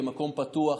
מקום פתוח,